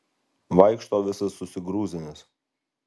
vaikšto visas susigrūzinęs